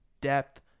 depth